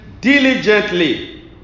diligently